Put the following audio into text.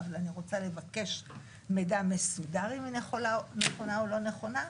אבל אני רוצה לבקש מידע מסודר אם היא נכונה או לא נכונה.